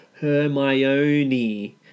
Hermione